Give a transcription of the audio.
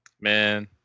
man